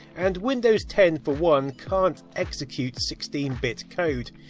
and windows ten for one, can't execute sixteen bit code.